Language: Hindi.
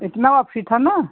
इतना वापसी था न